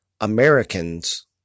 Americans